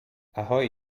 ahoi